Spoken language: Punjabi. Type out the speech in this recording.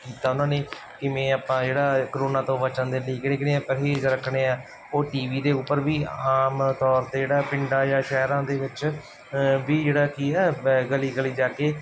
ਕੀਤਾ ਉਹਨਾਂ ਨੇ ਕਿਵੇਂ ਆਪਾਂ ਜਿਹੜਾ ਕਰੋਨਾ ਤੋਂ ਬਚਣ ਦੇ ਲਈ ਕਿਹੜੇ ਕਿਹੜੀਆਂ ਪਰਹੇਜ਼ ਰੱਖਣੇ ਆ ਉਹ ਟੀ ਵੀ ਦੇ ਉੱਪਰ ਵੀ ਆਮ ਤੌਰ 'ਤੇ ਜਿਹੜਾ ਪਿੰਡਾ ਜਾਂ ਸ਼ਹਿਰਾਂ ਦੇ ਵਿੱਚ ਵੀ ਵੀ ਜਿਹੜਾ ਕੀ ਹੈ ਗਲੀ ਗਲੀ ਜਾ ਕੇ